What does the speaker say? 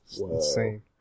insane